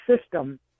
system